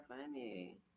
funny